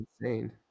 insane